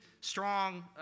strong